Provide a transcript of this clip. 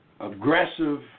Aggressive